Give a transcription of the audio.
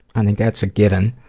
i think that's a given.